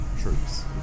troops